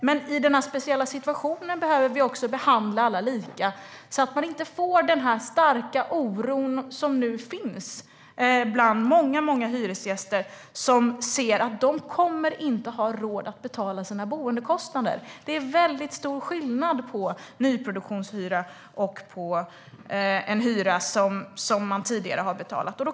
Men i denna speciella situation behöver vi behandla alla lika så att inte den starka oro som nu finns bland många hyresgäster uppstår eftersom de ser att de inte kommer att ha råd att betala sina boendekostnader. Det är väldigt stor skillnad på nyproduktionshyra och den hyra som de har betalat tidigare.